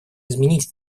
изменить